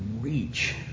reach